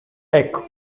ecco